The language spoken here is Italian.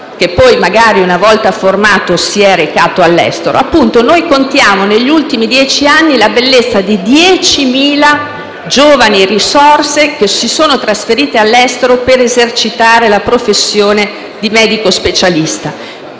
che poi, magari, una volta formato, si è recato all'estero. Negli ultimi dieci anni contiamo ben 10.000 giovani risorse che si sono trasferite all'estero per esercitare la professione di medico specialista,